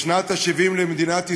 בשנת ה-70 למדינת ישראל,